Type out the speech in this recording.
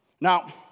Now